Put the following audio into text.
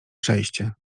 przejście